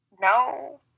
No